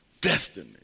destiny